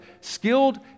skilled